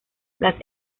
las